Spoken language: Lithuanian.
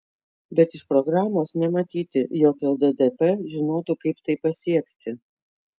bet iš programos nematyti jog lddp žinotų kaip tai pasiekti